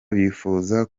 bifuza